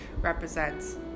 represents